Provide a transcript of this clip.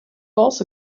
also